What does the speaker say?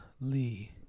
Lee